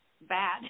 Bad